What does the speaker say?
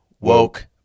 woke